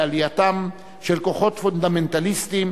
בעלייתם של כוחות פונדמנטליסטיים,